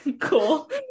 Cool